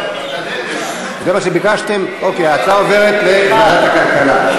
זה מה שביקשתם אוקיי, ההצעה עוברת לוועדת הכלכלה.